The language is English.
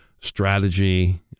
strategy